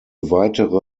weitere